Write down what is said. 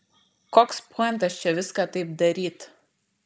koks pointas čia viską taip daryt